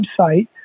website